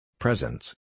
Presence